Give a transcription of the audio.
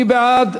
מי בעד?